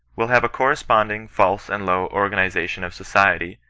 will have a corresponding false and low orga nization of society,